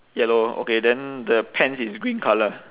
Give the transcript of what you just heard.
yellow okay then the pants is green colour